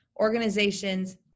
organizations